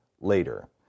later